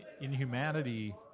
Inhumanity